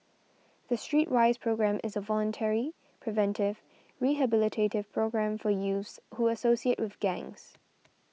the Streetwise Programme is a voluntary preventive rehabilitative programme for youths who associate with gangs